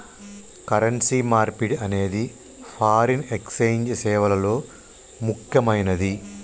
currency మార్పిడి అనేది foreign exchange సేవల్లో ముక్కెమైనది